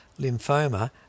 lymphoma